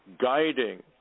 guiding